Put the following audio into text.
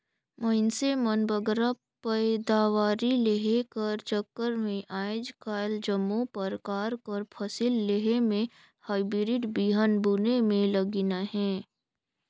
मइनसे मन बगरा पएदावारी लेहे कर चक्कर में आएज काएल जम्मो परकार कर फसिल लेहे में हाईब्रिड बीहन बुने में लगिन अहें